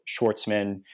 Schwartzman